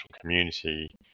community